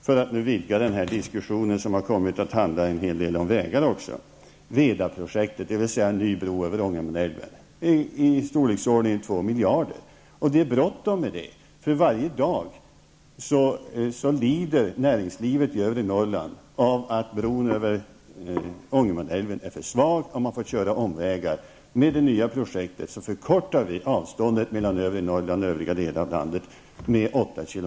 För att vidga den här diskussionen, som har kommit att handla också en hel del om vägar, vill jag nämna ett sådant projekt i storlekordningen 2 miljarder kronor, nämligen Vedaprojektet, dvs. en ny bro över Ångermanälven. Det är nu bråttom med detta projekt, eftersom näringslivet i övre Norrland varje dag får lida av att den nuvarande bron över Ångermanälven är för svag, så att man måste åka omvägar. Med den nya bron förkortas avståndet mellan övre Norrland och övriga delar av landet med 8 km.